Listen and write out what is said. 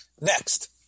next